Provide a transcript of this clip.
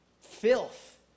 filth